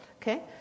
okay